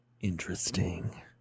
Interesting